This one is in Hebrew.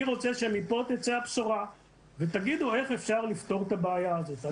אני רוצה שמכאן תצא הבשורה ותגידו איך אפשר לפתור את הבעיה הזאת.